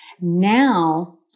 Now